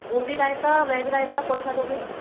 Bundi raita veg raita कौन सा लोगे